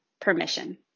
permission